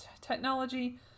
technology